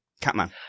Catman